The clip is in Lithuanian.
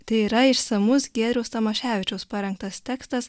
tai yra išsamus giedriaus tamoševičiaus parengtas tekstas